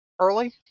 early